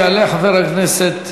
יעלה חבר הכנסת